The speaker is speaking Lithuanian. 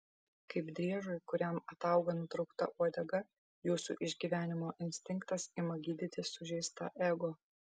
kaip driežui kuriam atauga nutraukta uodega jūsų išgyvenimo instinktas ima gydyti sužeistą ego